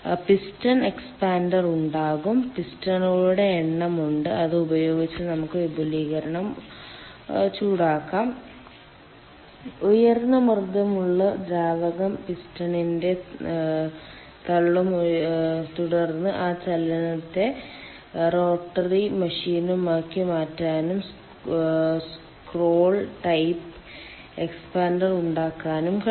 piston expander ഉണ്ടാകാം പിസ്റ്റണുകളുടെ എണ്ണം ഉണ്ട് അത് ഉപയോഗിച്ച് നമുക്ക് വിപുലീകരണം ചൂടാകാം ഉയർന്ന മർദ്ദമുള്ള ദ്രാവകം പിസ്റ്റണിനെ തള്ളും തുടർന്ന് ആ ചലനത്തെ റോട്ടറി മോഷനാക്കി മാറ്റാനും സ്ക്രോൾ ടൈപ്പ് എക്സ്പാൻഡർ ഉണ്ടാകാനും കഴിയും